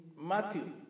Matthew